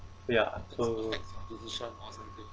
ya so